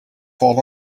fallen